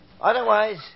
Otherwise